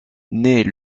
naît